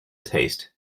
taste